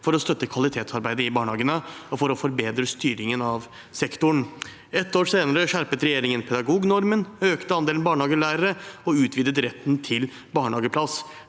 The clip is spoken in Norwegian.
for å støtte kvalitetsarbeidet i barnehagene og for å forbedre styringen av sektoren. Ett år senere skjerpet regjeringen pedagognormen, økte andelen barnehagelærere og utvidet retten til barnehageplass.